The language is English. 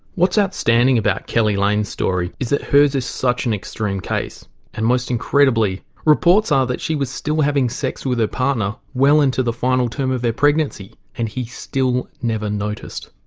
what's outstanding about keli lane's story is that hers is such an extreme case and most incredibly reports are that she was still having sex with her partner well into the final term of their pregnancy and he still never noticed.